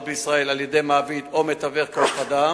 בישראל על-ידי מעביד או מתווך כוח-אדם,